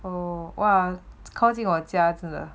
oh !wah! 靠近我家真的